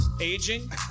Aging